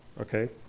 Okay